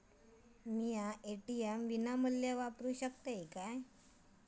मी ATM विनामूल्य वापरू शकतय?